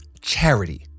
charity